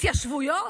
התיישבויות,